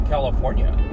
California